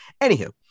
Anywho